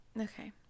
Okay